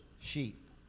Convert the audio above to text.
sheep